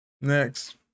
Next